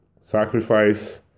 sacrifice